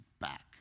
back